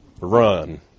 Run